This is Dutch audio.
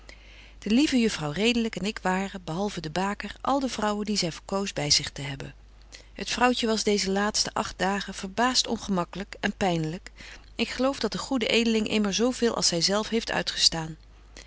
de lieve juffrouw redelyk en ik waren behalven de baker al de vrouwen die zy verkoos by zich te hebben het vrouwtje was deeze laatste agt dagen verbaast ongemaklyk en pynelyk ik geloof dat de goede edeling immer zo veel als zy zelf heeft uitgestaan